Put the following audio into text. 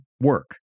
work